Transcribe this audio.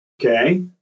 okay